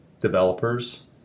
developers